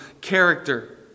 character